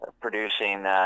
producing